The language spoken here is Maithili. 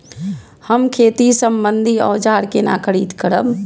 हम खेती सम्बन्धी औजार केना खरीद करब?